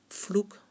vloek